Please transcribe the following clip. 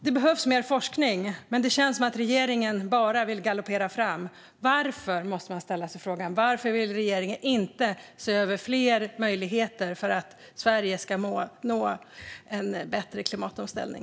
Det behövs mer forskning, men det känns som att regeringen bara vill galoppera fram. Man måste ställa sig frågan: Varför vill regeringen inte se över fler möjligheter för att Sverige ska nå en bättre klimatomställning?